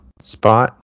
spot